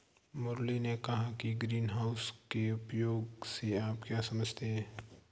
मुरली ने कहा कि ग्रीनहाउस के उपयोग से आप क्या समझते हैं?